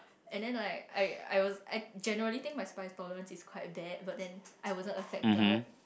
and then like I I I generally think my spice tolerance is quite bad but then I wasn't affected